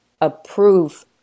approve